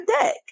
deck